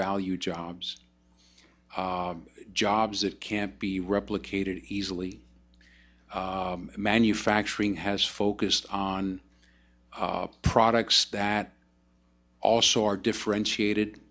value jobs jobs that can't be replicated easily manufacturing has focused on products that also are differentiated